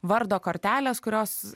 vardo kortelės kurios